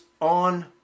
on